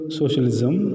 socialism